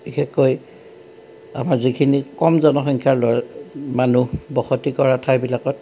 বিশেষকৈ আমাৰ যিখিনি কম জনসংখ্যাৰ মানুহ বসতি কৰা ঠাইবিলাকত